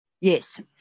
Yes